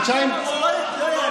כבר יצאנו מזה.